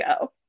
go